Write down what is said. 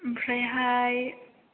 ओमफ्रायहाय